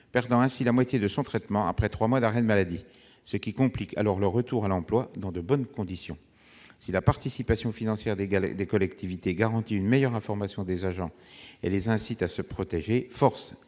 perdant ainsi la moitié de son traitement après trois mois d'arrêt maladie, ce qui complique alors un retour à l'emploi dans de bonnes conditions. Si la participation financière des collectivités garantit une meilleure information des agents et les incite à se protéger, force